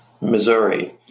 Missouri